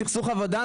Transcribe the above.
סכסוך עבודה,